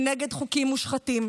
שנגד חוקים מושחתים,